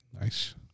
Nice